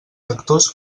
sectors